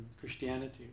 Christianity